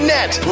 Net